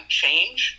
change